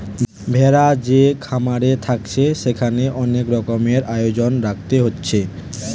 ভেড়া যে খামারে থাকছে সেখানে অনেক রকমের আয়োজন রাখতে হচ্ছে